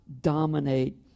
dominate